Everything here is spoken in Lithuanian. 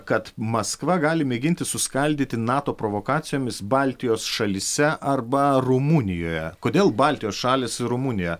kad maskva gali mėginti suskaldyti nato provokacijomis baltijos šalyse arba rumunijoje kodėl baltijos šalys rumunija